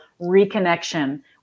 reconnection